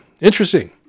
Interesting